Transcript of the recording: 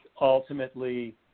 ultimately